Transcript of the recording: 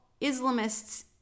Islamists